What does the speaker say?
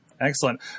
Excellent